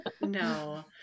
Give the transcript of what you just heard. No